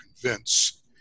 convince